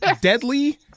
Deadly